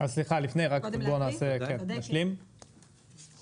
סליחה, לפני כן, נקרא את